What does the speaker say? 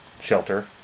Shelter